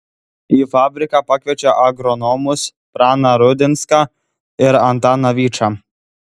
į fabriką pakviečia agronomus praną rudinską ir antaną vyčą